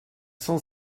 cent